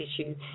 issue